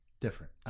different